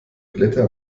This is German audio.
blätter